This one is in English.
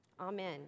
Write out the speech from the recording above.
Amen